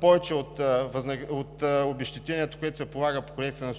повече от обезщетението, което се полага по Кодекса